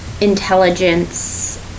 intelligence